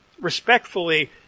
respectfully